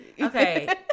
Okay